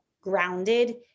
grounded